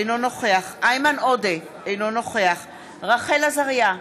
אינו נוכח איימן עודה, אינו נוכח רחל עזריה,